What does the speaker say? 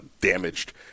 damaged